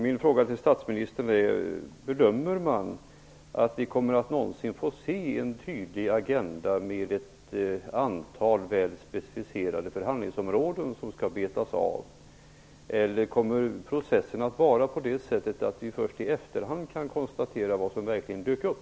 Min fråga till statsministern är: Bedömer man att vi någonsin kommer att få se en tydlig agenda med ett antal väl specificerade förhandlingsområden som skall betas av, eller kommer processen att gå till på det sättet att vi först i efterhand kan konstatera vad som verkligen dök upp?